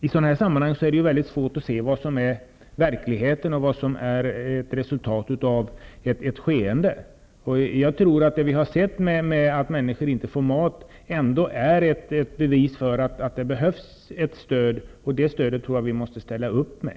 I sådana här sammanhang är det svårt att se vad som är verkligheten och vad som är resultatet av ett skeende. Det vi har sett, att människor inte får mat, är ett bevis för att det behövs ett stöd. Det stödet måste vi ställa upp med.